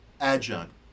adjunct